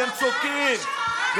אתם צודקים.